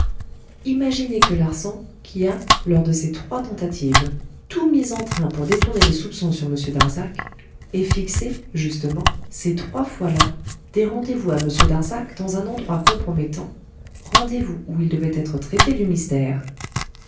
imaginez que larsan qui a lors de ses trois tentatives tout mis en train pour détourner les soupçons sur m darzac ait fixé justement ces trois foislà des rendez-vous à m darzac dans un endroit compromettant rendez-vous où il devait être traité du mystère